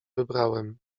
wybrałem